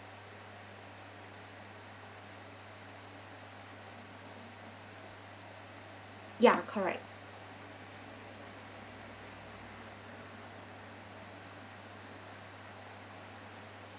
ya correct